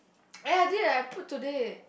ya did I put today